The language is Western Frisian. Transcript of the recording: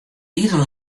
iten